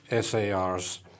SARs